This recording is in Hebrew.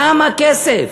כמה כסף?